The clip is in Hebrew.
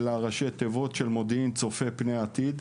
אלא זה ראשי תיבות: מודיעין צופה פני עתיד.